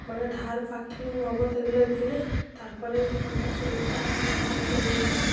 মানে ধার বাকি নগদ এগুলো দিলে তারপরেই দোকানটা চলবে তার আগে দোকান চলবেই না